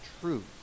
truth